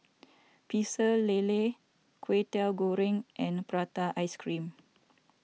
Pecel Lele Kway Teow Goreng and Prata Ice Cream